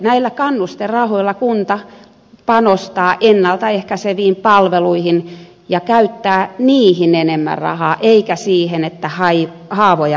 näillä kannusterahoilla kunta panostaa ennalta ehkäiseviin palveluihin ja käyttää niihin enemmän rahaa eikä siihen että haavoja paikataan